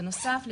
בנוסף,